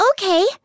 okay